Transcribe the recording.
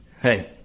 Hey